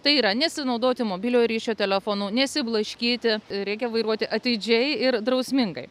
tai yra nesinaudoti mobiliojo ryšio telefonu nesiblaškyti reikia vairuoti atidžiai ir drausmingai